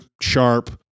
sharp